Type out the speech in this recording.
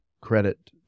credit